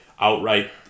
outright